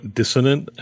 dissonant